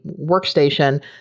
workstation